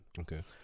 Okay